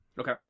Okay